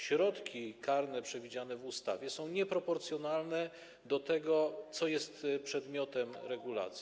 Środki karne przewidziane w ustawie są nieproporcjonalne do tego, co jest przedmiotem regulacji.